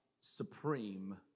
supreme